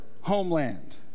homeland